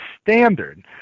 standard